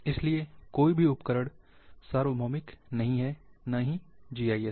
इसलिए कोई भी उपकरण सार्वभौमिक नहीं हैं न ही जीआईएस